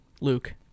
luke